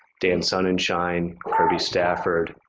dan sonenshine, kirby stafford,